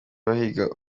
bahiga